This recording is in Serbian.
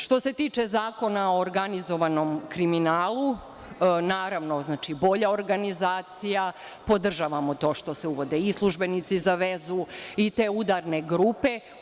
Što se tiče Zakona o organizovanog kriminala, naravno, bolja organizacija, podržavamo to što se uvodi i službenici za vezu i te udarne grupe.